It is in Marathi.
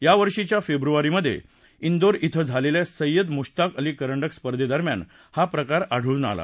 या वर्षींच्या फेब्रुवारीमधे डीर डीं झालेल्या सय्यद मुश्ताक अली करंडक स्पर्धेदरम्यान हा प्रकार आढळून आला